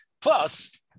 Plus